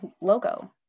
logo